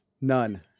None